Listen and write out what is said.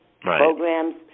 Programs